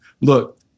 look